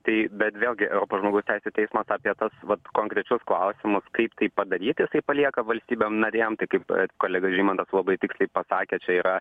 tai bet vėlgi europos žmogaus teisių teismas apie tas vat konkrečius klausimus kaip taip padaryt jisai palieka valstybėm nariam tai kaip kolega žymantas labai tiksliai pasakė čia yra